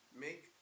make